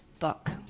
book